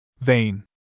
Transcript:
Vain